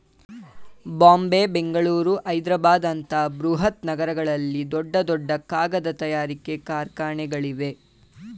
ಬಾಂಬೆ, ಬೆಂಗಳೂರು, ಹೈದ್ರಾಬಾದ್ ಅಂತ ಬೃಹತ್ ನಗರಗಳಲ್ಲಿ ದೊಡ್ಡ ದೊಡ್ಡ ಕಾಗದ ತಯಾರಿಕೆ ಕಾರ್ಖಾನೆಗಳಿವೆ